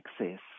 access